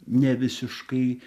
ne visiškai